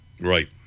Right